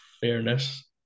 fairness